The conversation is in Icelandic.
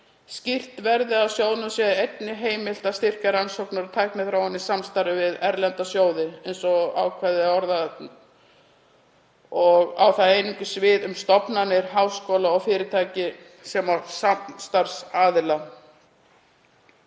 skýrt verði að sjóðnum sé einnig heimilt að styrkja rannsóknir og tækniþróun í samstarfi við erlenda sjóði. Eins og ákvæðið er orðað nú á það einungis við um stofnanir, háskóla og fyrirtæki sem samstarfsaðila.